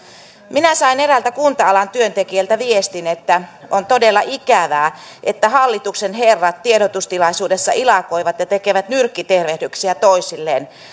minä sain eräältä kunta alan työntekijältä viestin että on todella ikävää että hallituksen herrat tiedotustilaisuudessa ilakoivat ja tekevät nyrkkitervehdyksiä toisilleen